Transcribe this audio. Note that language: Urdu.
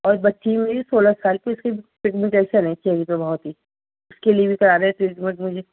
اور بچی ہی میری سولہ سال کی اس کی ٹریٹمنٹ ایسا نہیں چاہیے تو بہت ہی اس کے لیے بھی کرا رہے ٹریٹمنٹ مجھے